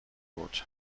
بود